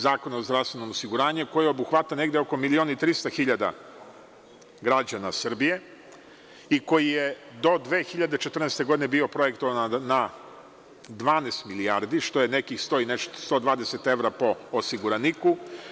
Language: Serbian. Zakona o zdravstvenom osiguranju, koje obuhvata negde oko milion i 300 hiljada građana Srbije i koji je do 2014. godine bio projektovan na 12 milijardi, što je nekih 120 evra po osiguraniku.